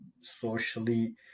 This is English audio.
socially